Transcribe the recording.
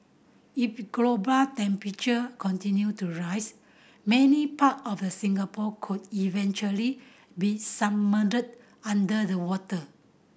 if global temperatures continue to rise many part of the Singapore could eventually be submerged under the water